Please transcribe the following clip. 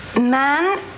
man